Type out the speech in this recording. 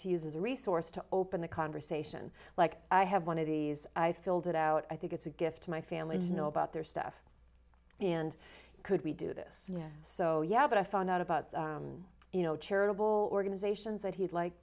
a resource to open the conversation like i have one of these i filled it out i think it's a gift to my family to know about their stuff and could we do this so yeah but i found out about you know charitable organizations that he'd like